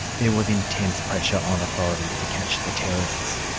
there was intense pressure on authorities to catch the terrorists.